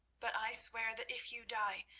but i swear that if you die,